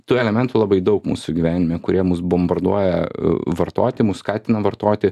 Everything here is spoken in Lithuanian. tų elementų labai daug mūsų gyvenime kurie mus bombarduoja vartoti mus skatina vartoti